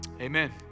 Amen